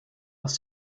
aus